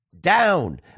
down